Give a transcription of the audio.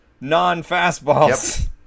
non-fastballs